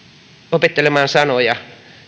opettelemaan sanoja